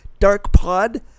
DARKPOD